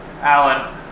Alan